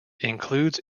includes